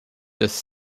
just